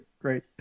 great